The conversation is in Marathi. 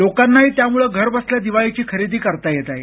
लोकांनाही त्याम्ळं घरबसल्या दिवाळीची खरेदी करता येत आहे